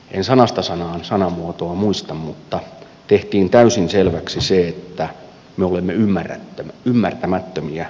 en sanasta sanaan sanamuotoa muista mutta tehtiin täysin selväksi se että me olemme ymmärtämättömiä